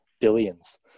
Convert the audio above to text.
billions